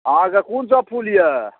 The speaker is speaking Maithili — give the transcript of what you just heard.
अहाँके कोन सब फूल यऽ